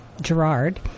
Gerard